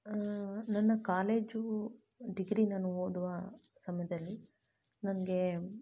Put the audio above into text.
ನನ್ನ college degree ನಾನು ಓದುವ ಸಮಯದಲ್ಲಿ ನನಗೆ